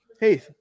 Hey